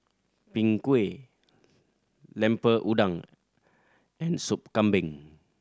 Png Kueh Lemper Udang and Soup Kambing